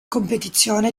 competizione